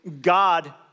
God